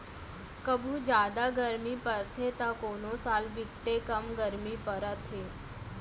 कभू जादा गरमी परथे त कोनो साल बिकटे कम गरमी परत हे